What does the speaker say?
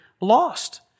lost